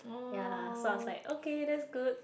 ya so I was like okay that's good